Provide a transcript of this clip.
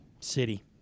City